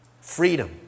Freedom